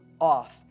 off